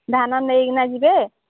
ଧାନ ନେଇ କିନା ଯିବେ